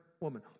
woman